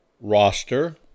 roster